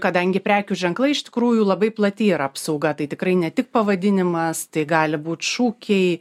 kadangi prekių ženklai iš tikrųjų labai plati yra apsauga tai tikrai ne tik pavadinimas tai gali būt šūkiai